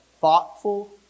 thoughtful